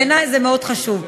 בעיני זה מאוד חשוב.